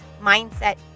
mindset